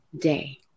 day